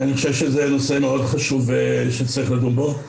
אני חושב שזה נושא מאוד חשוב שצריך לדון בו,